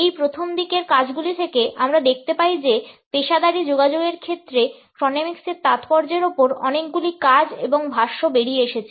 এই প্রথম দিকের কাজগুলি থেকে আমরা দেখতে পাই যে পেশাদারী যোগাযোগের ক্ষেত্রে ক্রোনেমিক্সের তাৎপর্যের উপর অনেকগুলি কাজ এবং ভাষ্য বেরিয়ে এসেছে